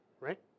Right